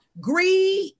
greed